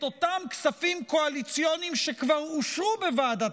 את אותם כספים קואליציוניים שכבר אושרו בוועדת